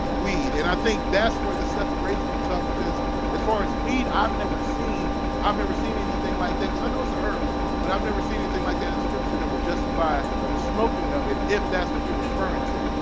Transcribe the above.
weed and i think that's where the separation will come because as far as weed i've never seen i've never seen anything like that cuz i know it's a herb but i've never seen anything like that in scripture that would justify the smoking of it if that's what you're referring to